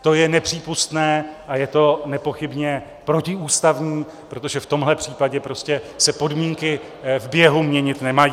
To je nepřípustné a je to nepochybně protiústavní, protože v tomhle případě prostě se podmínky běhu měnit nemají.